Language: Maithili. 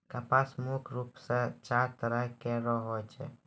कपास मुख्य रूप सें चार तरह केरो होय छै